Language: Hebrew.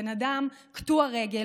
בן אדם קטוע רגל,